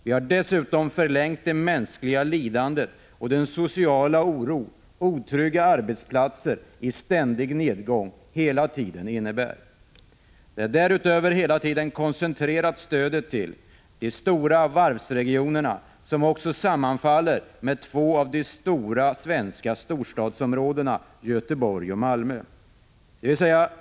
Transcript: Vi har dessutom förlängt det mänskliga lidande och den sociala oro som otrygga arbetsplatser, i ständig nedgång, hela tiden innebär. Vi har därutöver hela tiden koncentrerat stödet till de stora varvsregionerna, som också sammanfaller med två av de svenska storstadsområdena, Göteborg och Malmö.